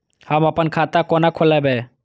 हम अपन खाता केना खोलैब?